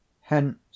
Hence